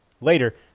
Later